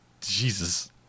Jesus